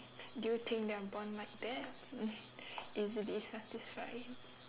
do you think that I'm born like that easily satisfy